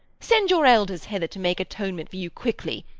send your elders hither to make atonement for you quickly,